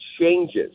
changes